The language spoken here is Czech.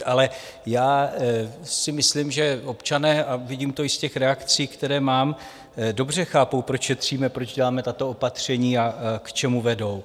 Ale já si myslím, že občané a vidím to i z těch reakcí, které mám dobře chápou, proč šetříme, proč děláme tato opatření a k čemu vedou.